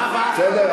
זהבה, זהבה.